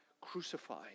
crucified